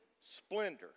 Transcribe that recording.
splendor